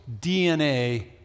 DNA